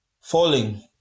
falling